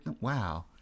Wow